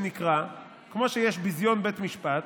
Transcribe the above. כמו שיש ביזיון בית המשפט,